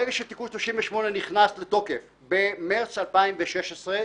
ברגע שתיקון 38 נכנס לתוקף במרץ 2016,